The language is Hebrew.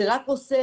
זה רק עושה